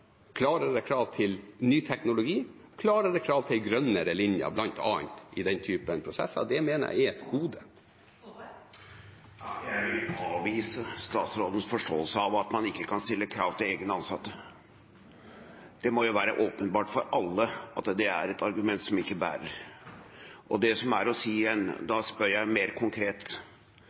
klarere krav til ny teknologi, klarere krav til en grønnere linje i prosessen. Det mener jeg er et gode. Det blir oppfølgingsspørsmål – først Martin Kolberg. Jeg vil avvise statsrådens forståelse av at man ikke kan stille krav til egne ansatte. Det må jo være åpenbart for alle at det er et argument som ikke bærer.